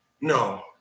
No